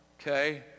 Okay